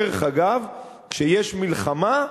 דרך אגב, כשיש מלחמה,